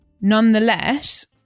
nonetheless